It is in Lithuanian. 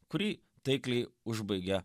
kurį taikliai užbaigia